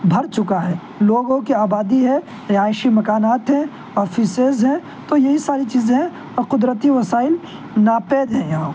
بھر چکا ہے لوگوں کے آبادی ہے رہائشی مکانات ہیں آفیسیز ہیں تو یہی ساری چیزیں ہیں اور قدرتی وسائل ناپید ہیں یہاں